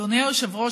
אדוני היושב-ראש,